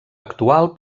actual